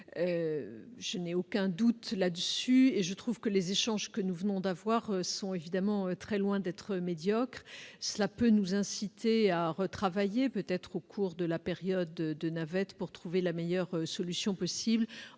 Je n'ai aucun doute sur ce point et trouve que les échanges que nous venons d'avoir sont évidemment très loin d'être médiocres. Cela peut nous inciter à retravailler le texte, peut-être au cours de la navette, pour trouver la meilleure solution possible.